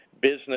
business